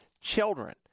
children